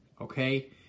okay